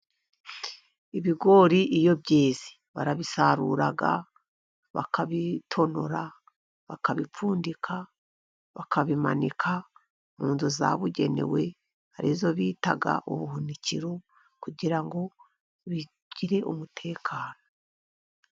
Ibigori iyo byeze barabisarura, bakabitonora bakabipfundika, bakabimanika mu nzu zabugenewe ari zo bita ubuhunikiro, kugira ngo bigire umutekano.